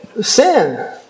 sin